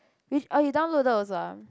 which~ oh you downloaded also ah